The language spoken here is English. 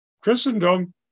Christendom